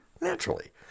Naturally